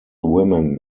women